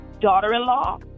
daughter-in-law